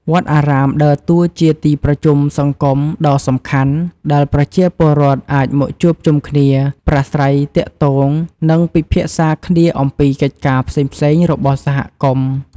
វត្តអារាមដើរតួជា ទីប្រជុំសង្គម ដ៏សំខាន់ ដែលប្រជាពលរដ្ឋអាចមកជួបជុំគ្នា ប្រាស្រ័យទាក់ទង និងពិភាក្សាគ្នាអំពីកិច្ចការផ្សេងៗរបស់សហគមន៍។